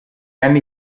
anni